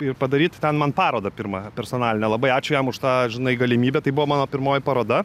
ir padaryt ten man parodą pirmą personalinę labai ačiū jam už tą žinai galimybę tai buvo mano pirmoji paroda